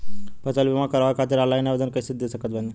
फसल बीमा करवाए खातिर ऑनलाइन आवेदन कइसे दे सकत बानी?